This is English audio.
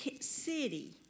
city